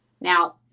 now